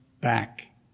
back